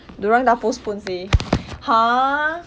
dia orang dah postpone seh !huh!